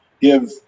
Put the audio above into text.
give